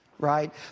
right